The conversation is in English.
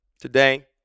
Today